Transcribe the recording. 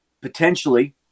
potentially